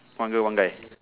one girl one guy